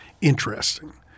interesting